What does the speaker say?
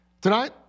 Tonight